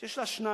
שיש לה שניים,